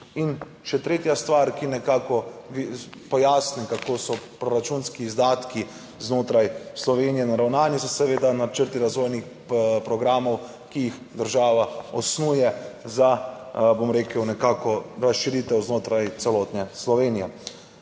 in še tretja stvar, ki nekako pojasni, kako so proračunski izdatki znotraj Slovenije naravnani, so seveda načrti razvojnih programov, ki jih država osnuje za bom rekel nekako razširitev znotraj celotne Slovenije.